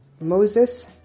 Moses